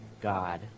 God